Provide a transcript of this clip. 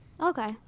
Okay